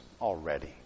already